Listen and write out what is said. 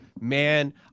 man